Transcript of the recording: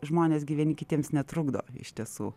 žmonės gi vieni kitiems netrukdo iš tiesų